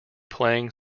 playing